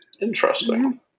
Interesting